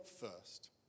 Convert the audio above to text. first